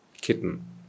kitten